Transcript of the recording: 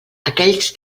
aquells